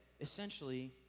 essentially